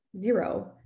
zero